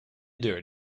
deur